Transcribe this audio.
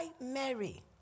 Mary